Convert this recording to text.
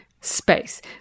space